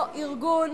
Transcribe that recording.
אותו ארגון